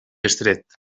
estret